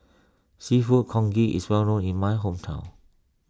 Seafood Congee is well known in my hometown